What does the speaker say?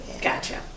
Gotcha